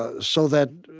ah so that